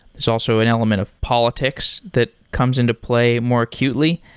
there's also an element of politics that comes into play more acutely.